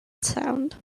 sound